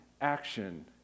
action